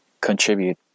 contribute